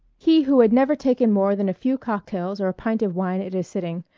he who had never taken more than a few cocktails or a pint of wine at a sitting,